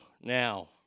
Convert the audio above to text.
now